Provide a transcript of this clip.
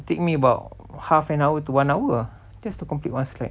take me about half an hour to one hour ah just to complete one slide